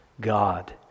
God